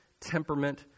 temperament